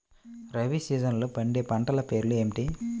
రబీ సీజన్లో పండే పంటల పేర్లు ఏమిటి?